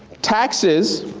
taxes,